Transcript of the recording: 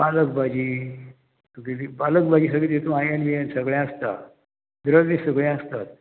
पालक भाजी तुगे पालक भाजी सगळीं तितू आयेन बीन सगळें आसता दर दीस सगळें आसतात